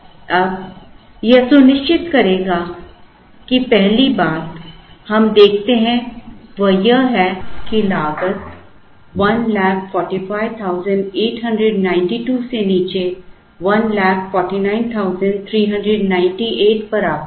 अब यह सुनिश्चित करेगा कि पहली बात हम देखते हैं वह यह है कि लागत 149398 से नीचे 145892 पर आ गई है